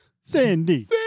Sandy